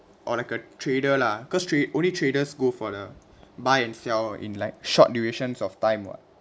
or like a trader lah cause tra~ only traders go for the buy-and-sell in like short durations of time [what]